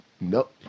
Nope